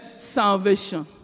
salvation